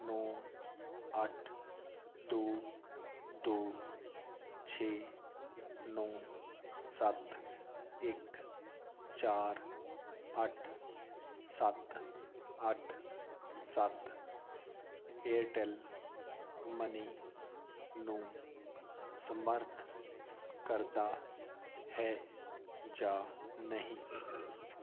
ਨੌਂ ਅੱਠ ਦੋ ਦੋ ਛੇ ਨੌਂ ਸੱਤ ਇੱਕ ਚਾਰ ਅੱਠ ਸੱਤ ਅੱਠ ਸੱਤ ਏਅਰਟੈੱਲ ਮਨੀ ਨੂੰ ਸਮਰੱਥ ਕਰਦਾ ਹੈ ਜਾਂ ਨਹੀਂ